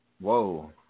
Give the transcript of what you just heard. Whoa